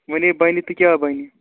وٕنۍ ہے بَنہِ تہٕ کیٛاہ بَنہِ